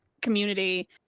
community